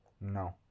No